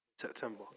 September